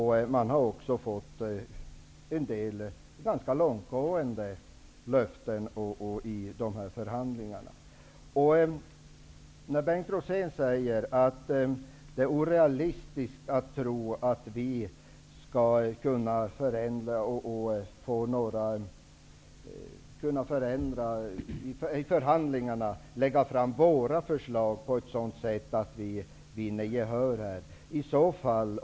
Man har fått en del ganska långtgående löften i förhandlingarna. Bengt Rosén säger att det är orealistiskt att tro att vi i förhandlingarna skall kunna lägga fram våra förslag på ett sådant sätt att vi vinner gehör.